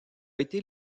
été